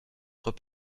trois